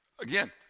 Again